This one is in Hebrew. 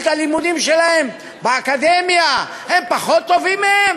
את הלימודים שלהם באקדמיה הם פחות טובים מהם?